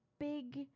big